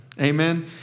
Amen